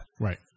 Right